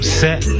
set